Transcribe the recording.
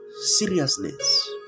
seriousness